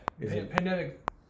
pandemic